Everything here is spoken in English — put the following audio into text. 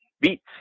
beats